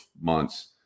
months